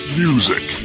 music